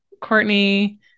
Courtney